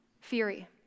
fury